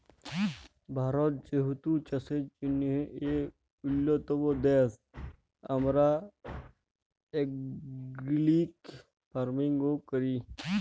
ভারত যেহেতু চাষের জ্যনহে ইক উল্যতম দ্যাশ, আমরা অর্গ্যালিক ফার্মিংও ক্যরি